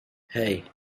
hey